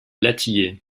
latillé